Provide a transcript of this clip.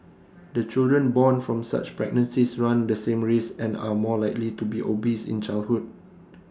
the children born from such pregnancies run the same risk and are more likely to be obese in childhood